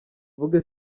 mvuge